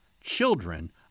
children